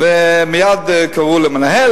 ומייד קראו למנהל,